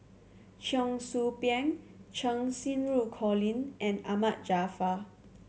Cheong Soo Pieng Cheng Xinru Colin and Ahmad Jaafar